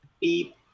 Beep